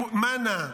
עם מאנה,